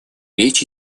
речь